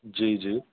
जी जी